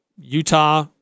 Utah